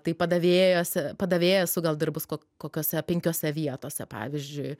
tai padavėjose padavėja esu gal dirbus ko kokiose penkiose vietose pavyzdžiui